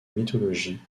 mythologie